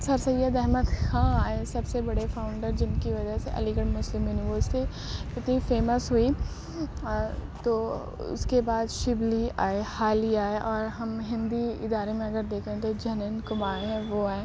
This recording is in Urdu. سر سید احمد خاں آئے سب سے بڑے فاؤنڈر جن کی وجہ سے علی گڑھ مسلم یونیورسٹی اتنی فیمس ہوئی تو اس کے بعد شبلی آئے حالی آئے اور ہم ہندی ادارے میں اگر دیکھیں تو جنین کمار ہیں وہ آئے